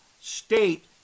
state